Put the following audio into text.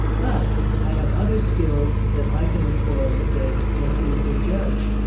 but i have other skills that i can employ that make me a good judge.